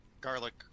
garlic